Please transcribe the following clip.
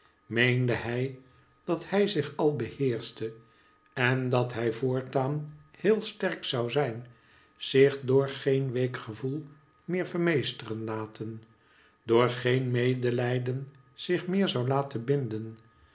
meende hij dat hij zich al beheerschte en dat hij voortaan heel sterk zou zijn zich door geen week gevoel meer vermeesteren laten door geen medelijden zich meer zou laten binden